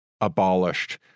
abolished